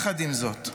עם זאת,